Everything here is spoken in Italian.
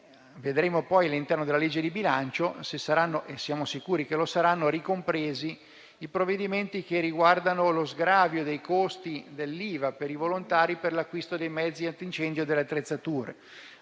Vedremo poi se all'interno della legge di bilancio saranno ricompresi - ne siamo certi - i provvedimenti che riguardano lo sgravio dei costi dell'IVA per i volontari per l'acquisto dei mezzi antincendio e delle attrezzature.